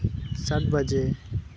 ᱪᱟᱨ ᱵᱟᱡᱮ